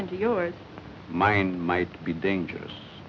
into your mind might be dangerous